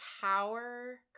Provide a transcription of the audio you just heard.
power